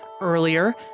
Earlier